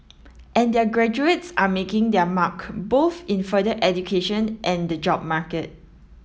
and their graduates are making their mark both in further education and the job market